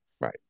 right